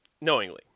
knowingly